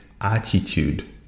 attitude